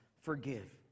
forgive